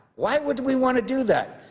why would we want to do that?